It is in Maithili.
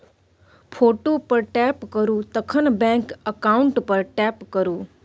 फोटो पर टैप करु तखन बैंक अकाउंट पर टैप करु